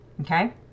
Okay